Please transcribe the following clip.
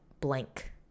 blank